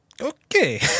okay